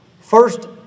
first